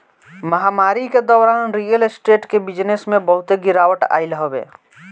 महामारी के दौरान रियल स्टेट के बिजनेस में बहुते गिरावट आइल हवे